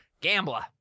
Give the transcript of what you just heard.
Gambler